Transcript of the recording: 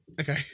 okay